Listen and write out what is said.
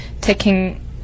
taking